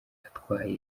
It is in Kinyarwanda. atwaye